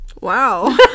wow